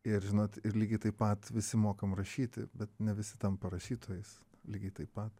ir žinot ir lygiai taip pat visi mokam rašyti bet ne visi tampa rašytojais lygiai taip pat